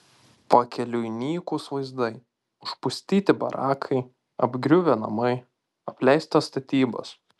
pakeliui nykūs vaizdai užpustyti barakai apgriuvę namai apleistos statybos